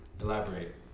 Elaborate